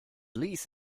lease